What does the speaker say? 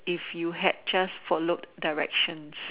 if you had just followed directions